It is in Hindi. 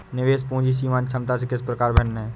निवेश पूंजी सीमांत क्षमता से किस प्रकार भिन्न है?